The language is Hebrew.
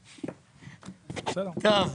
טוב,